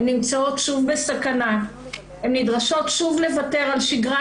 הן נמצאות שוב בסכנה ונדרשות שוב לוותר על שגרת